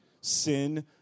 sin